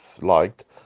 liked